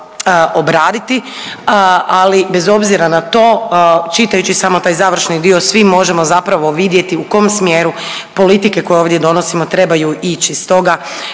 obraditi ali bez obzira na to čitajući samo taj završni dio svi možemo zapravo vidjeti u kom smjeru politike koje ovdje donosimo trebaju ići.